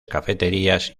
cafeterías